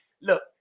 Look